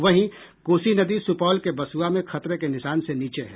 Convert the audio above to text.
वहीं कोसी नदी सुपौल के बसुआ में खतरे के निशान से नीचे है